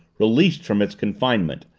released from its confinement,